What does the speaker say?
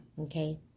Okay